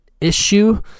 issue